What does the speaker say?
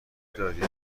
داری